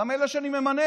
גם את אלה שאני ממנה,